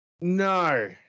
No